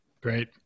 Great